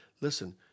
Listen